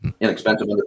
inexpensive